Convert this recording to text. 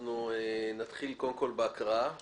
אנחנו נתחיל בהקראה